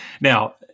Now